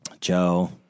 Joe